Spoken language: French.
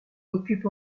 occupe